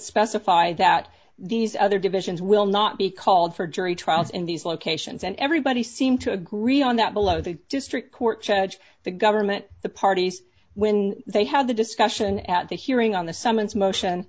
specify that these other divisions will not be called for jury trials in these locations and everybody seemed to agree on that below the district court judge the government the parties when they had the discussion at the hearing on the summons motion